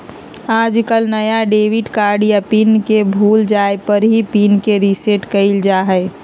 आजकल नया debit card या पिन के भूल जाये पर ही पिन के रेसेट कइल जाहई